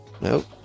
Nope